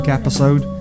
episode